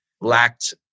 lacked